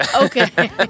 Okay